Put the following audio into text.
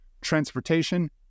Transportation